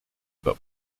but